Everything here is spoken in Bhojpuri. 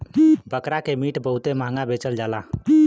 बकरा के मीट बहुते महंगा बेचल जाला